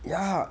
ya